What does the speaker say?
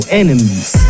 enemies